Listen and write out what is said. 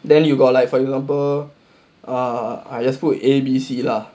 then you got like for example err I just put A B C lah